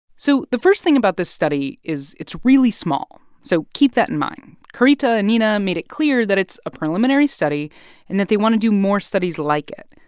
so the first thing about this study is it's really small, so keep that in mind. carita and niina made it clear that it's a preliminary study and that they want to do more studies like it.